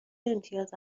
امتیاز